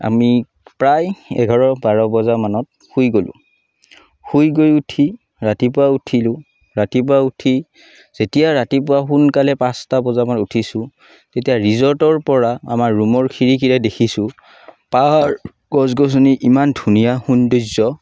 আমি প্ৰায় এঘাৰ বাৰ বজামানত শুই গ'লোঁ শুই গৈ উঠি ৰাতিপুৱা উঠিলোঁ ৰাতিপুৱা উঠি যেতিয়া ৰাতিপুৱা সোনকালে পাঁচটা বজামানত উঠিছোঁ তেতিয়া ৰিজৰ্টৰ পৰা আমাৰ ৰূমৰ খিৰিকীৰে দেখিছোঁ পাহাৰ গছ গছনি ইমান ধুনীয়া সৌন্দৰ্য্য